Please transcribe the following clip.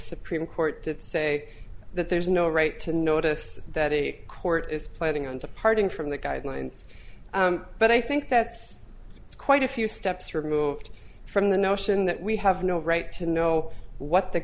supreme court did say that there's no right to notice that a court is planning on departing from the guidelines but i think that's quite a few steps removed from the notion that we have no right to know what the